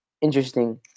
interesting